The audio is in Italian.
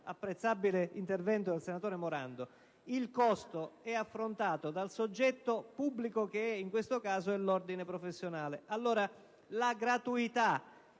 all'apprezzabile intervento del senatore Morando, l'onere è affrontato dal soggetto pubblico che, in questo caso, è l'ordine professionale. Allora, la gratuità